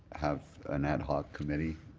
have an ad hoc committee